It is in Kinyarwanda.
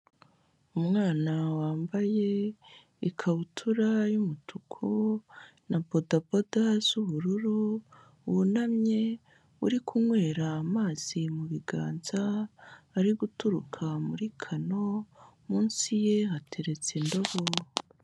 Umwana wambaye ikabutura y'umutuku na bodaboda z'ubururu wunamye, uri kunywera amazi mu biganza, ari guturuka muri kano, munsi ye hateretse indobo.